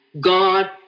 God